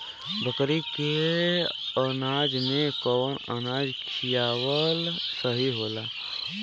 बकरी के अनाज में कवन अनाज खियावल सही होला?